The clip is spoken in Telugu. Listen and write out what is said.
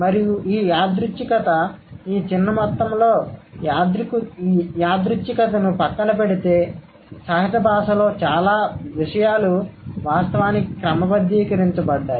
మరియు ఈ యాదృచ్ఛికత ఈ చిన్న మొత్తంలో యాదృచ్ఛికతను పక్కన పెడితే సహజ భాషలో చాలా విషయాలు వాస్తవానికి క్రమబద్ధీకరించబడ్డాయి